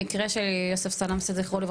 המקרה של יוסף סלמסה ז"ל,